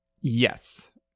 Yes